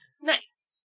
nice